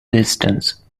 distance